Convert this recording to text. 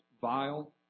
vile